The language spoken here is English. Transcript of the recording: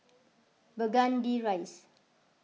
Burgundy Rise